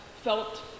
felt